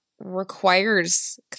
requires